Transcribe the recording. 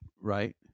right